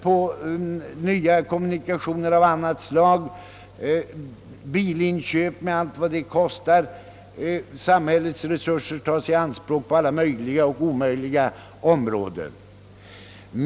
Man behöver inte ta hänsyn till kravet på kommunikationer av annat slag i stället för de nedlagda bandelarna, och man behöver inte heller ta hänsyn till att nedläggningar medför att samhällets resurser ytterligare tas i anspråk på alla möjliga och omöjliga områden.